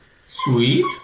sweet